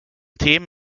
team